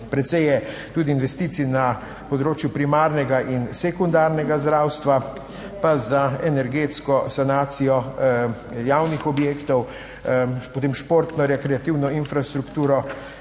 Precej je tudi investicij na področju primarnega in sekundarnega zdravstva, pa za energetsko sanacijo javnih objektov, potem športno rekreativno infrastrukturo,